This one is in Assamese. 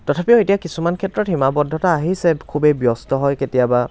তথাপিও এতিয়া কিছুমান ক্ষেত্ৰত সীমাবদ্ধতা আহিছে খুবেই ব্যস্ত হয় কেতিয়াবা